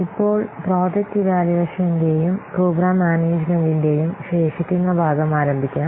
ഇപ്പോൾ പ്രോജക്റ്റ് ഇവാലുവേഷന്റെയും പ്രോഗ്രാം മാനേജ്മെന്റിന്റെയും ശേഷിക്കുന്ന ഭാഗം ആരംഭിക്കാം